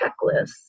checklists